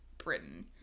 Britain